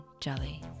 Jelly